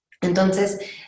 Entonces